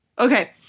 Okay